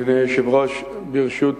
אדוני היושב-ראש, ברשות